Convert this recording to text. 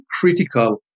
critical